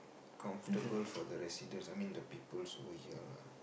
comfortable for the residents I mean the people also here lah